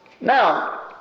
Now